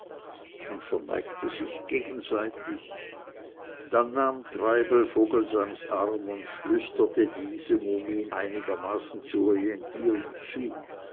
man verneigte sich gegenseitig dann nahm treibel vogelsangs arm und flüsterte diesem um ihn einigermaßen zu orientieren zu